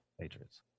Patriots